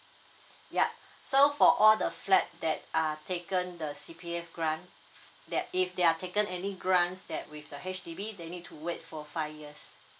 ya so for all the flat that are taken the C_P_F grant f~ that if they are taken any grants that with the H_D_B they need to wait for five years